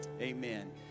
Amen